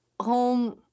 home